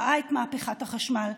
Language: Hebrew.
ראה את מהפכת החשמל,